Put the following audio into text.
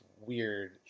weird